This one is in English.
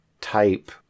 type